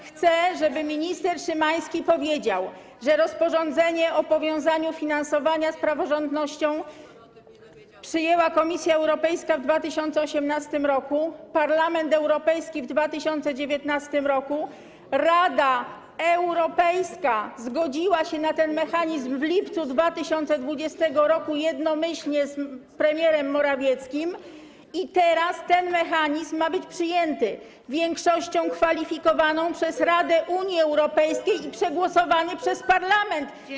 Chcę, żeby minister Szymański powiedział, że rozporządzenie o powiązaniu finansowania z praworządnością przyjęła Komisja Europejska w 2018 r., Parlament Europejski - w 2019 r., Rada Europejska zgodziła się na ten mechanizm w lipcu 2020 r., jednomyślnie z premierem Morawieckim, i teraz ten mechanizm ma być przyjęty większością kwalifikowaną przez Radę Unii Europejskiej i przegłosowany przez parlament.